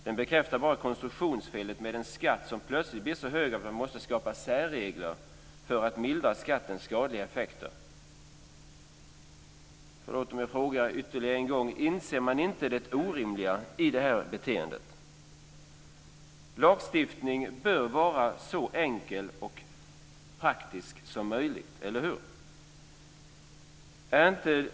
Den bekräftar bara konstruktionsfelet med en skatt som plötsligt blir så hög att man måste skapa särregler för att mildra skattens skadliga effekter. Förlåt att jag frågar ytterligare en gång: Inser man inte det orimliga i det här beteendet? Lagstiftning bör vara så enkel och praktisk som det är möjligt - eller hur?